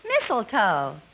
mistletoe